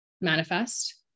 manifest